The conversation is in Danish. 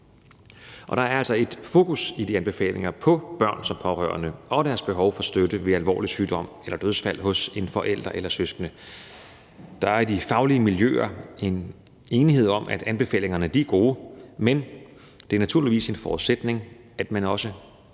der er altså i de anbefalinger et fokus på børn som pårørende og deres behov for støtte ved alvorlig sygdom eller dødsfald hos en forælder eller søskende. Der er i de faglige miljøer en enighed om, at anbefalingerne er gode, men det er naturligvis også en forudsætning, at man